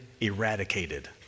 eradicated